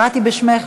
קראתי בשמך,